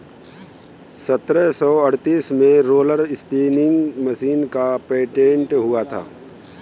सत्रह सौ अड़तीस में रोलर स्पीनिंग मशीन का पेटेंट हुआ था